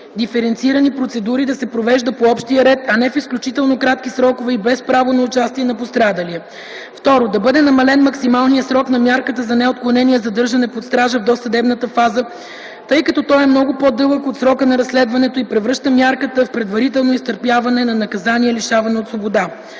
диференцирани процедури да се провежда по общия ред, а не в изключително кратки срокове и без право на участие на пострадалия; 2) да бъде намален максималният срок на мярката за неотклонение задържане под стража в досъдебната фаза, тъй като той е много по-дълъг от срока на разследването и превръща мярката в предварително изтърпяване на наказание лишаване от свобода;